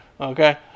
okay